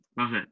okay